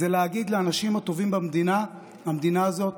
זה להגיד לאנשים הטובים במדינה: המדינה הזאת